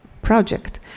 project